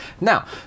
Now